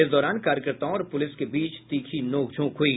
इस दौरान कार्यकर्ताओं और पुलिस के बीच तीखी नोकझोंक हुई